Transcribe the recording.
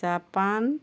Japan